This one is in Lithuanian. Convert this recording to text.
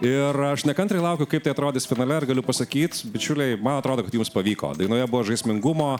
ir aš nekantriai laukiu kaip tai atrodys finale ir galiu pasakyt bičiuliai man atrodo kad jums pavyko dainoje buvo žaismingumo